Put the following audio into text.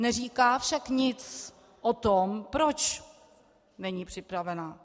Neříká však nic o tom, proč není připravena.